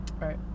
Right